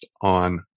on